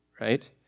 right